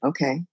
Okay